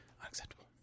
Unacceptable